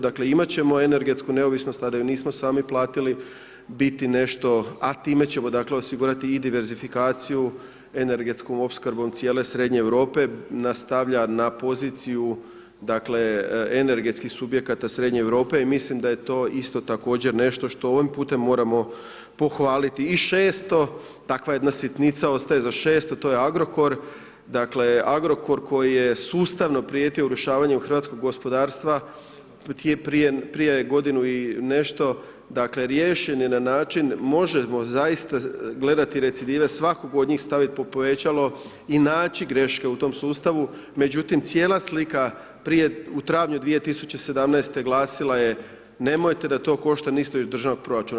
Dakle, imati ćemo energetsku neovisnost, a da ju nismo sami platili, biti nešto, a time ćemo dakle osigurati i diversifikaciju energetskom opskrbom cijele srednje Europe nastavlja na poziciju energetskih subjekata srednje Europe i mislim da je to isto također nešto što ovim putem moramo pohvaliti i 600 takva jedna sitnica ostaje za 600 to je Agrokor, Agrokor koji je sustavno prijetio urušavanjem hrvatskog gospodarstva, prije godinu i nešto, dakle riješen je na način, možemo zaista gledati, recidirati svakog od njih staviti pod povećalo i naći greške po tom sustavu, međutim, cijela slika prije u travnju 2017. glasila je nemojte da to košta … iz državnog proračuna.